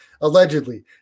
allegedly